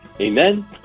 Amen